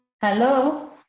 Hello